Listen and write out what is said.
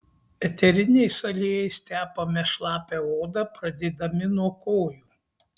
eteriniais aliejais tepame šlapią odą pradėdami nuo kojų